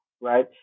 right